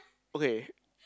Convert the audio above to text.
okay